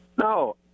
No